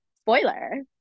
spoiler